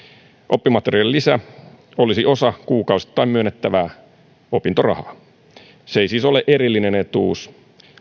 oppimateriaalilisä olisi osa kuukausittain myönnettävää opintorahaa se ei siis ole erillinen etuus